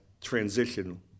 transition